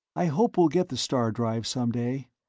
i hope we'll get the star-drive someday.